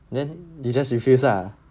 then you just refuse ah